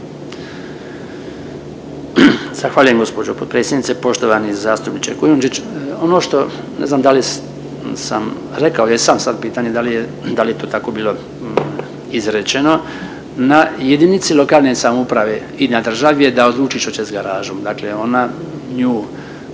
Zahvaljujem gđo. potpredsjednice. Poštovani zastupniče Kujnudžić, ono što, ne znam da li sam rekao, jesam, sad pitanje da li je to tako bilo izrečeno. Na JLS i na državi je da odluči što će s garažom, dakle ona nju